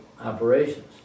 operations